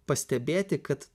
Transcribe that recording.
pastebėti kad